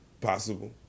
possible